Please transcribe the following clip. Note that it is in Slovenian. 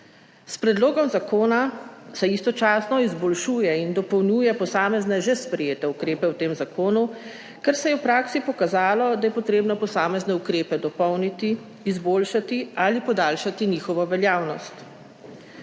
S predlogom zakona se istočasno izboljšuje in dopolnjuje posamezne že sprejete ukrepe v tem zakonu, ker se je v praksi pokazalo, da je potrebno posamezne ukrepe dopolniti, izboljšati ali podaljšati njihovo veljavnost.